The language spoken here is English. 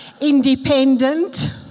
independent